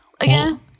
again